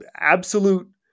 absolute